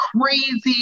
crazy